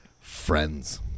friends